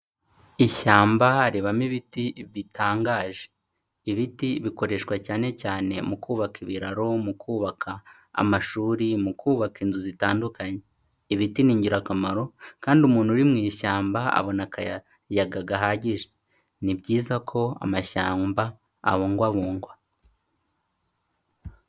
Ishyamba ribamo ibiti bitangaje, ibiti bikoreshwa cyane cyane mu kubaka ibiraro, mu kubaka amashuri, mu kubaka inzu zitandukanye, ibiti ni ingirakamaro kandi umuntu uri mu ishyamba abona akayaga gahagije, ni byiza ko amashyamba abungwabungwa.